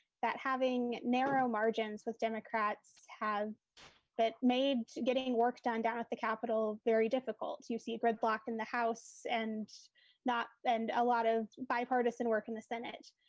that having narrow margins with democrats have but made getting work down down at the capitol very difficult. you've seen gridlock in the house and and a lot of bipartisan work in the senate.